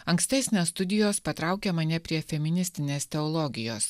ankstesnės studijos patraukė mane prie feministinės teologijos